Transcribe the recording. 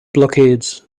blockades